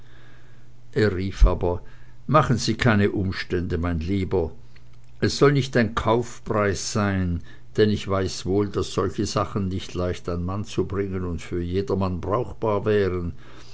er rief aber mädchen sie keine umstände mein lieber es soll nicht ein kaufpreis sein denn ich weiß wohl daß solche sachen nicht leicht an mann zu bringen und für jedermann brauchbar wären